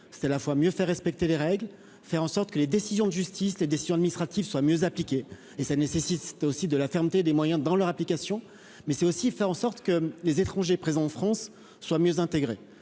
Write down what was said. c'est à la fois mieux faire respecter les règles, faire en sorte que les décisions de justice, les décisions administratives soient mieux appliquée et ça nécessite aussi de la fermeté des moyens dans leur application, mais c'est aussi faire en sorte que les étrangers présents en France soit mieux intégré,